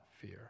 fear